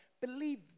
believe